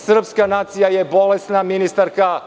Srpska nacija je bolesna, ministarka.